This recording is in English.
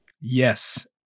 yes